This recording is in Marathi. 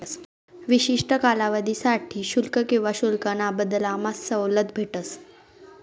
विशिष्ठ कालावधीसाठे शुल्क किवा शुल्काना बदलामा सवलत भेटस